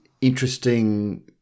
interesting